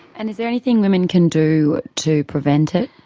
and is there anything women can do to prevent it?